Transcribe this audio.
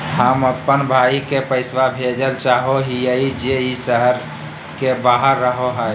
हम अप्पन भाई के पैसवा भेजल चाहो हिअइ जे ई शहर के बाहर रहो है